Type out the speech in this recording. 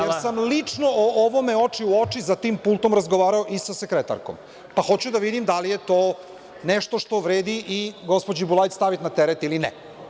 Jer sam lično o ovome oči u oči za ovim pultom razgovarao i sa sekretarkom, pa hoću da vidim da li je to nešto što vredi i gospođi Bulajić staviti na teret ili ne.